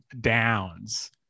Downs